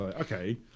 okay